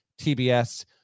TBS